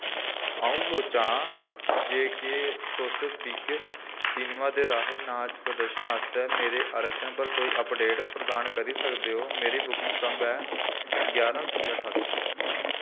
अ'ऊं सोचां जे केह् तुस विग सिनेमा दे राहें नाच प्रदर्शन आस्तै मेरे आरक्षण पर कोई अपडेट प्रदान करी सकदे ओ मेरी बुकिंग संदर्भ ग्यारां सतुंजा ठासी ऐ